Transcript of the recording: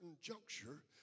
juncture